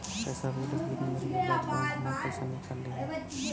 पैसा भेजले के कितना देरी के बाद बहिन हमार पैसा निकाल लिहे?